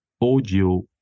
audio